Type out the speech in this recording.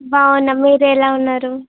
బాగున్నాను మీరు ఎలా ఉన్నారు